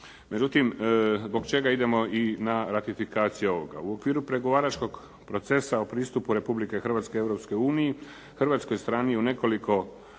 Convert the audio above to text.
Međutim, zbog čega idemo i na ratifikaciju ovog? U okviru pregovaračkog procesa o pristupu Republike Hrvatske Europskoj uniji, hrvatskoj strani je u nekoliko